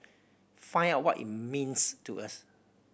find out what it means to us